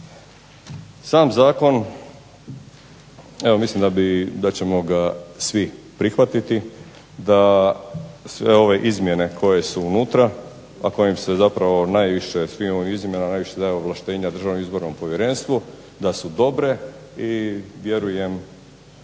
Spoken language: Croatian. Sam Zakon mislim da ćemo ga svi prihvatiti, da sve ove izmjene koje su unutra a koje su najviše daje ovlaštenja Državnom izbornom povjerenstvu da su dobre i da ćemo